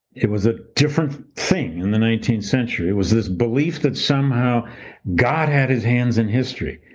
it was a different thing in the nineteenth century. it was this belief that somehow god had his hands in history,